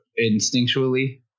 instinctually